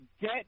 get